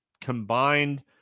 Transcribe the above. combined